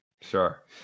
Sure